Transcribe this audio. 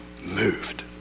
moved